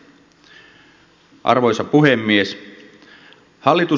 arvoisa puhemies